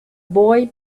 boy